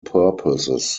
purposes